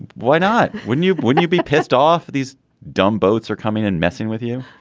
why not. wouldn't you. would you be pissed off these dumb boats are coming and messing with you.